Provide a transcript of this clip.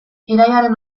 irailaren